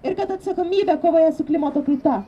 ir kad atsakomybė kovoje su klimato kaita